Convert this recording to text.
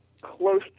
close